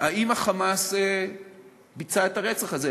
האם ה"חמאס" ביצע את הרצח הזה,